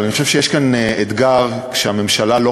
אבל אני חושב שיש כאן אתגר שהממשלה לא